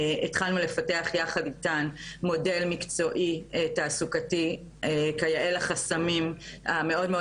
התחלנו לפתח יחד איתן מודל תעסוקתי כיאה לחסמים המאוד מאוד